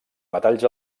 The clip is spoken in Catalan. metalls